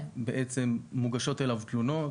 מוגשות אליו תלונות.